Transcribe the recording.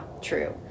true